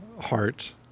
heart